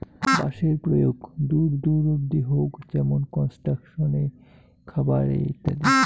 বাঁশের প্রয়োগ দূর দূর অব্দি হউক যেমন কনস্ট্রাকশন এ, খাবার এ ইত্যাদি